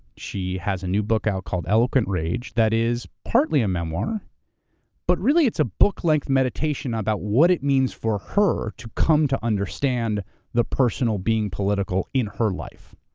she has a new book out called, eloquent rage, that is partly a memoir but really it's a book length meditation about what it means for her to come to understand the personal being political in her life.